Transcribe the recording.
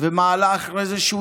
מעלה אחרי זה,